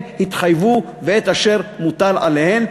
הן התחייבו ואת אשר מוטל עליהן,